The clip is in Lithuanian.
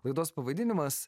laidos pavadinimas